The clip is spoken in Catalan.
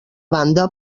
banda